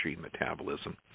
metabolism